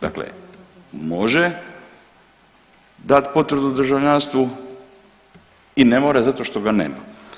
Dakle, može dat potvrdu o državljanstvu i ne mora zato što ga nema.